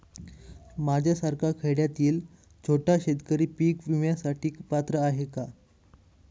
माझ्यासारखा खेड्यातील छोटा शेतकरी पीक विम्यासाठी पात्र आहे का?